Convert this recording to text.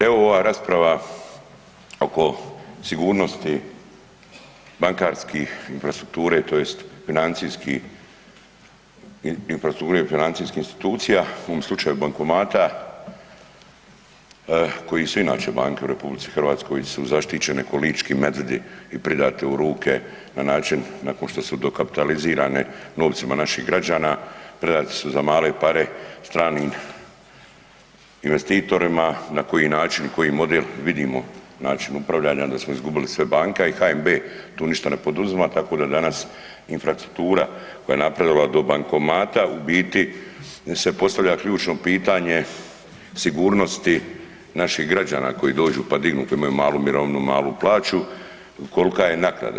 Evo ova rasprava oko sigurnosti bankarskih infrastrukture tj. financijski, infrastrukture financijskih institucija u ovom slučaju bankomata kojim su inače banke u RH su zaštićene ko lički medvedi i pridati u ruke na način nakon što su dokapitalizirane novcima naših građana, predate se su male pare stranim investitorima na koji način i koji model vidimo način upravljanja i onda smo izgubili sve banke, a i HNB tu ništa ne poduzima tako da danas infrastruktura koja je napravila do bankomata u biti se postavlja ključno pitanje sigurnosti naših građana koji dođu pa dignu, koji imaju malu mirovinu, malu plaću kolika je naknada.